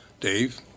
Dave